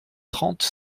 trente